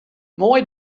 moai